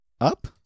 up